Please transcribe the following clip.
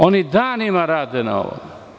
Oni danima rade na ovome.